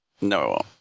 No